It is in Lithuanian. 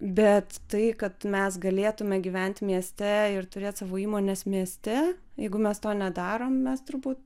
bet tai kad mes galėtume gyvent mieste ir turėt savo įmones mieste jeigu mes to nedarom mes turbūt